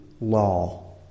law